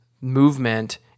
movement